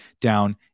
down